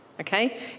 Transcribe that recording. okay